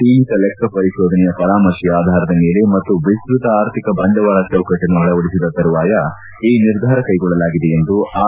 ಸೀಮಿತ ಲೆಕ್ಷಪರಿಶೋಧನೆಯ ಪರಾಮರ್ಶೆಯ ಆಧಾರದ ಮೇಲೆ ಮತ್ತು ವಿಸ್ತ್ರತ ಅರ್ಥಿಕ ಬಂಡವಾಳ ಚೌಕಟ್ಟನ್ನು ಅಳವಡಿಸಿದ ತರುವಾಯ ಈ ನಿರ್ಧಾರ ಕೈಗೊಳ್ಳಲಾಗಿದೆ ಎಂದು ಆರ್